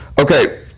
Okay